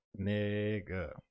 Nigga